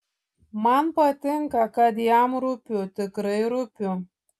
man patinka kad jam rūpiu tikrai rūpiu